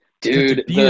dude